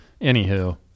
Anywho